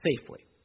safely